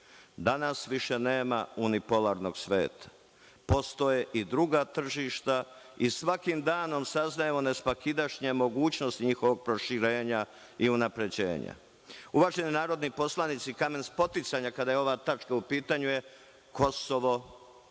Danas više nema unipolarnog sveta. Postoje i druga tržišta i svakim danom saznajemo nesvakidašnje mogućnosti njihovog proširenja i unapređenja. Uvaženi narodni poslanici, kamen spoticanja, kada je ova tačka u pitanju je Kosovo,